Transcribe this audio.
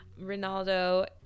Ronaldo